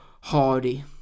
Hardy